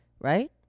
right